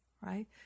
right